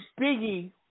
Biggie